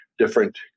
Different